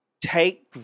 take